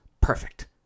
perfect